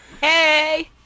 Hey